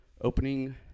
opening